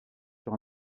sur